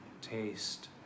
taste